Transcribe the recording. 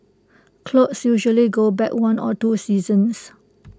clothes usually go back one or two seasons